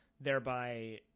thereby